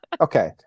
Okay